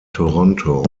toronto